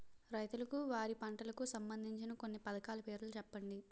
రైతులకు వారి పంటలకు సంబందించిన కొన్ని పథకాల పేర్లు చెప్పండి?